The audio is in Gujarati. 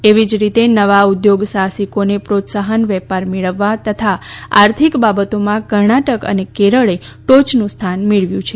એવી જ રીતે નવા ઉદ્યોગ સાહસિકોને પ્રોત્સાહન વેપાર મેળવવા તથા આર્થિક બાબતોમાં કર્ણાટક અને કેરળે ટોયનું સ્થાન મેળવ્યું છે